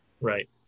right